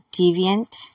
deviant